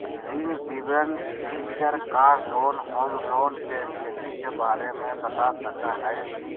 ऋण विवरण feature car loan, home loan, के स्थिति के बारे में बता सका हइ